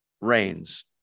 rains